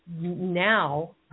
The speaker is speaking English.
now